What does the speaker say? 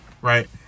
right